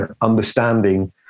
understanding